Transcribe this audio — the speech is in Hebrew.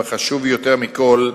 וחשוב יותר מכול,